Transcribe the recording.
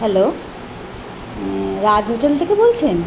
hello Raj hotel থেকে বলছেন